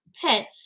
pet